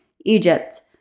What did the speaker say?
Egypt